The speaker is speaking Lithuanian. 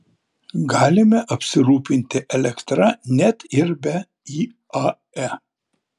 galime apsirūpinti elektra net ir be iae